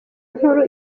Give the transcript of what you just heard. inkuru